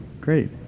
great